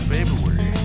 February